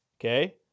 Okay